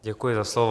Děkuji za slovo.